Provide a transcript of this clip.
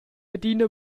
adina